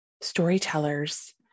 storytellers